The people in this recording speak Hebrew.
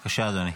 בבקשה, אדוני.